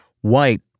White